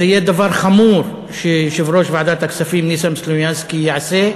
זה יהיה דבר חמור שיושב-ראש ועדת הכספים ניסן סלומינסקי יעשה,